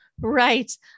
Right